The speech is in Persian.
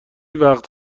وقت